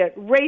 racist